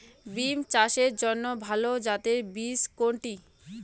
বিম চাষের জন্য ভালো জাতের বীজ কোনটি?